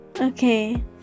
Okay